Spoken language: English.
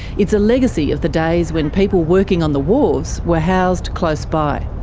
it's a legacy of the days when people working on the wharves were housed close by.